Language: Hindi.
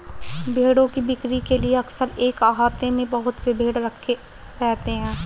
भेंड़ की बिक्री के लिए अक्सर एक आहते में बहुत से भेंड़ रखे रहते हैं